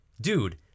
Dude